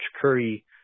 Curry